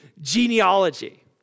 genealogy